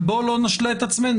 אבל בוא לא נשלה את עצמנו.